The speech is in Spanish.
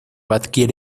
adquiere